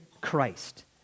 Christ